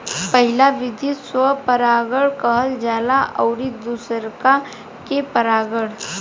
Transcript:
पहिला विधि स्व परागण कहल जाला अउरी दुसरका के पर परागण